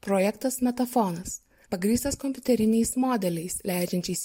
projektas metafonas pagrįstas kompiuteriniais modeliais leidžiančiais